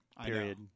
Period